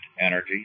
energy